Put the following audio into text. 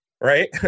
right